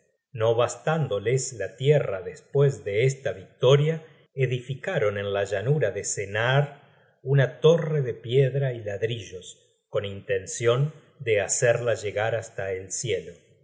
no bastándoles la tierra despues de esta victoria edificaron en la llanura de sennaar una torre de piedra y ladrillos con intencion de hacerla llegar hasta el cielo